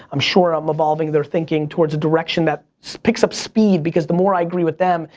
i'm sure i'm evolving their thinking towards a direction that picks up speed. because the more i agree with them,